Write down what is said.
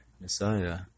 messiah